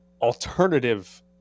alternative